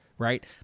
Right